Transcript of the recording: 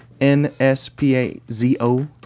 N-S-P-A-Z-O